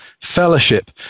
Fellowship